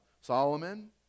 Solomon